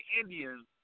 Indians